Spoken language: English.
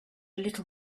little